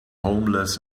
homeless